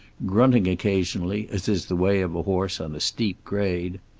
grunting occasionally, as is the way of a horse on a steep grade.